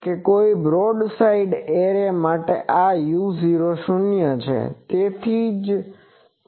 જો કોઈ broad side array માટે આ u0 શૂન્ય છે તેથી જ તે અહીં આવે છે